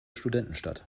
studentenstadt